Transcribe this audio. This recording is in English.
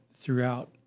throughout